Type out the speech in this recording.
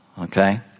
okay